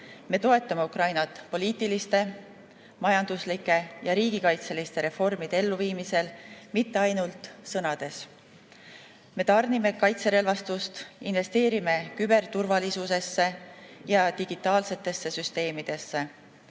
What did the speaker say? Me toetame Ukrainat poliitiliste, majanduslike ja riigikaitseliste reformide elluviimisel mitte ainult sõnades. Me tarnime kaitserelvastust, investeerime küberturvalisusesse ja digitaalsetesse süsteemidesse,